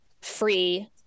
free